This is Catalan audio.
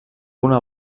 una